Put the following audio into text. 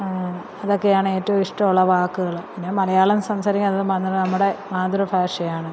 അതൊക്കെയാണ് ഏറ്റോം ഇഷ്ടമുള്ള വാക്കുകൾ പിന്നെ മലയാളം സംസാരിക്കാൻ അത് മാത്രം നമ്മുടെ മാതൃഭാഷയാണ്